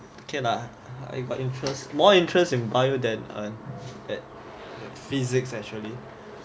okay lah I got interest more interest in bio than err at physics actually